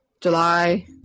July